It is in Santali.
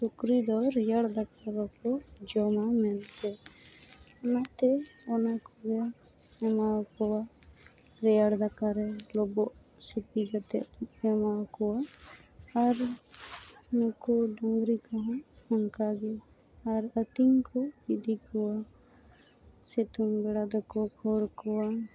ᱥᱩᱠᱨᱤ ᱫᱚ ᱨᱮᱭᱟᱲ ᱫᱟᱠᱟ ᱫᱚᱠᱚ ᱡᱚᱢᱟ ᱢᱮᱱᱛᱮ ᱚᱱᱟ ᱛᱮ ᱚᱱᱟ ᱠᱚᱜᱮ ᱮᱢᱟᱣᱟᱠᱚᱣᱟ ᱨᱮᱭᱟᱲ ᱫᱟᱠᱟ ᱨᱮ ᱞᱳᱵᱳᱜ ᱥᱤᱯᱤ ᱠᱟᱛᱮᱫ ᱮᱢᱟᱣᱟᱠᱚᱣᱟ ᱟᱨ ᱱᱩᱠᱩ ᱰᱟᱝᱨᱤ ᱠᱚᱦᱚᱸ ᱚᱱᱠᱟ ᱜᱮ ᱟᱨ ᱟᱹᱛᱤᱧ ᱠᱚ ᱤᱫᱤ ᱠᱚᱣᱟ ᱥᱤᱛᱩᱝ ᱵᱮᱲᱟ ᱫᱚᱠᱚ ᱠᱷᱳᱲ ᱠᱚᱣᱟ